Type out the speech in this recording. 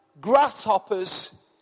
grasshoppers